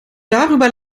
darüber